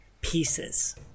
pieces